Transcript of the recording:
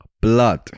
blood